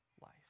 life